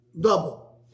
double